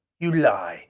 you lie!